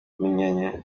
bamenyanye